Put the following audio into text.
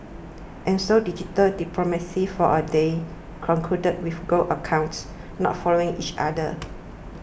and so digital diplomacy for a day concluded with go accounts not following each other